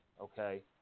Okay